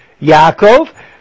Yaakov